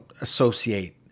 associate